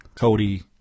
Cody